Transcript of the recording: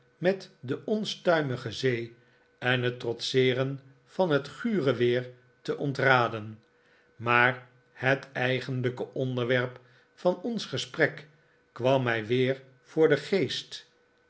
met de onstuimige zee en het trotseeren van het gure weer te ontraden maar het eigenlijke onderwerp van ons gesprek kwam mij weer voor den geest